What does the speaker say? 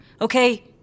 okay